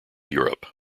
europe